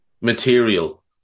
material